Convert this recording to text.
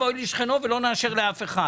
לקחת לנו?